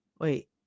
wait